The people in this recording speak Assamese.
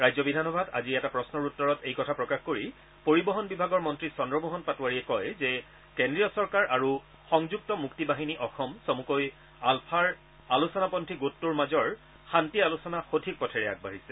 ৰাজ্য বিধানসভাত আজি এটা প্ৰশ্নৰ উত্তৰত এই কথা প্ৰকাশ কৰি পৰিবহন বিভাগৰ মন্ত্ৰী চন্দ্ৰমোহন পাটোৱাৰীয়ে কয় যে কেন্দ্ৰীয় চৰকাৰ আৰু সংযুক্ত মুক্তি বাহিনী অসম চমুকৈ আলফাৰ আলোচনাপন্থী গোটটোৰ মাজৰ শান্তি আলোচনা সঠিক পথেৰে আগবাঢ়িছে